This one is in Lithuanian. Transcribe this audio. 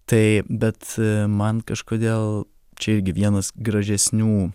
tai bet man kažkodėl čia irgi vienas gražesnių